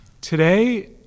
Today